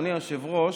אדוני היושב-ראש,